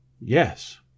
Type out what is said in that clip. Yes